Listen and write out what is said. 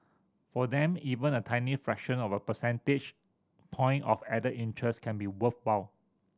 for them even a tiny fraction of a percentage point of added interest can be worthwhile